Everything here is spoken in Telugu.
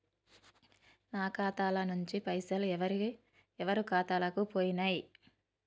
నా ఖాతా ల నుంచి పైసలు ఎవరు ఖాతాలకు పోయినయ్?